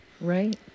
Right